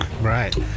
Right